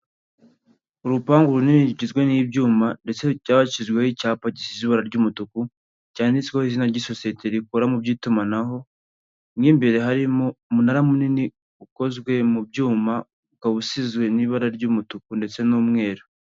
Urupangu runini rugizwe n'ibyuma ndetse byashyiriweho icyapa gisizwe ibabura ry'umutuku, cyanditseho izina ry'isosiyete rikora mu by'itumanaho mu imbere harimo umunara munini ukozwe mu byuma, ukaba usizwe n'ibara ry'umutuku ndetse n'umweru.